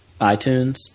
iTunes